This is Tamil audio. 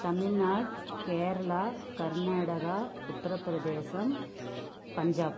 தமிழ்நாடு கேரளா கர்நாடகா உத்திரப்பிரதேசம் பஞ்சாப்